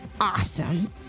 awesome